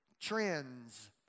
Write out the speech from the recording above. trends